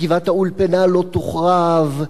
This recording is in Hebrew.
וגבעת-האולפנה לא תוחרב,